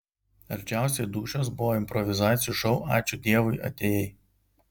arčiausiai dūšios buvo improvizacijų šou ačiū dievui atėjai